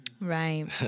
Right